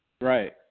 Right